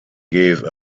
gave